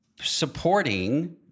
supporting